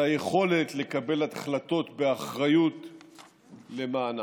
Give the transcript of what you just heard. על היכולת לקבל החלטות באחריות למענה.